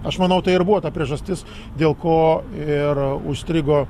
aš manau tai ir buvo ta priežastis dėl ko ir užstrigo